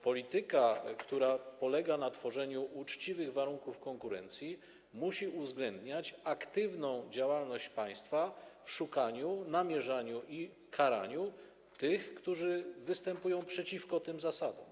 Polityka, która polega na tworzeniu uczciwych warunków konkurencji, musi uwzględniać aktywną działalność państwa w szukaniu, namierzaniu i karaniu tych, którzy występują przeciwko tym zasadom.